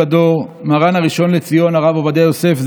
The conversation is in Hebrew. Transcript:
הדור מרן הראשון לציון הרב עובדיה יוסף,